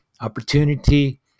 Opportunity